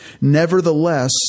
Nevertheless